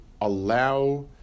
allow